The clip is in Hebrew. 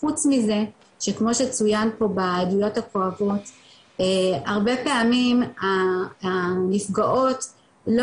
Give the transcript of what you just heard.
חוץ מזה שכמו שצוין פה מהתלונות הכואבות הרבה פעמים הנפגעות לא